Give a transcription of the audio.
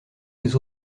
les